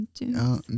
no